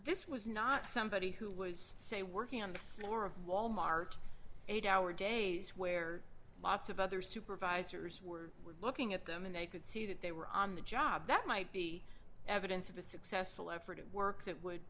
this was not somebody who was say working on the floor of wal mart eight hour days where lots of other supervisors were looking at them and they could see that they were on the job that might be evidence of a successful effort at work that would